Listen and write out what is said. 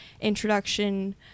introduction –